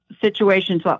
situations